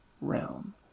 realm